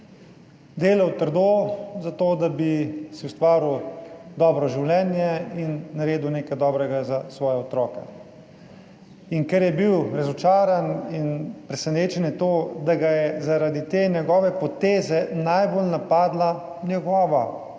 delal trdo za to, da bi si ustvaril dobro življenje in naredil nekaj dobrega za svoje otroke. In ker je bil razočaran in presenečen je to, da ga je zaradi te njegove poteze najbolj napadla njegova